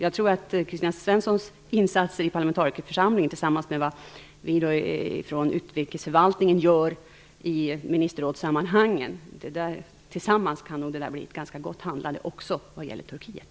Jag tror att Kristina Svenssons insatser i parlamentarikerförsamlingen och vad vi från utrikesförvaltningen gör i ministerrådssammanhangen tillsammans kan bli ett ganska gott handlande också när det gäller